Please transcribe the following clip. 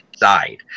side